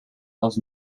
als